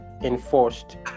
enforced